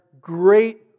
great